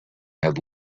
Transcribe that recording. had